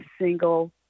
single